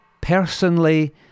personally